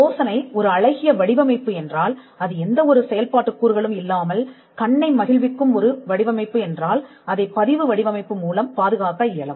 யோசனை ஒரு அழகிய வடிவமைப்பு என்றால் அது எந்த ஒரு செயல்பாட்டு கூறுகளும் இல்லாமல் கண்ணை மகிழ்விக்கும் ஒரு வடிவமைப்பு என்றால் அதைப் பதிவு வடிவமைப்பு மூலம் பாதுகாக்க இயலும்